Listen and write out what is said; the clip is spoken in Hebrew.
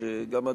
שגם את,